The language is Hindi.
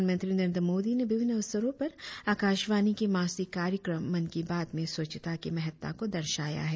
प्रधानमंत्री नरेंद्र मोदी ने विभिन्न अवसरों पर आकाशवाणी के मासिक कार्यक्रम मन की बात में स्वच्छता की महत्ता को दर्शाया है